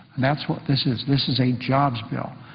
that's what this is. this is a jobs bill.